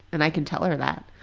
and i can tell her that.